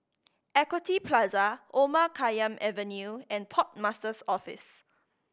Equity Plaza Omar Khayyam Avenue and Port Master's Office